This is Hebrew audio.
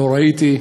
לא ראיתי.